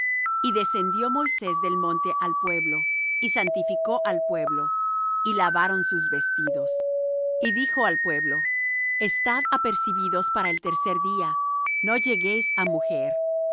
y descendió moisés del monte al pueblo y santificó al pueblo y lavaron sus vestidos y dijo al pueblo estad apercibidos para el tercer día no lleguéis á mujer